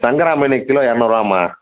சங்கரா மீன் கிலோ இரநூறுவாம்மா